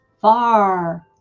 far